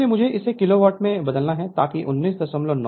इसलिए मुझे इसे किलोवाट में बदलना है ताकि 199 किलोवाट हो